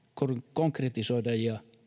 konkretisoida ja